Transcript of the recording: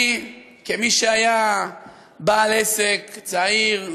כמי שהיה בעל עסק צעיר,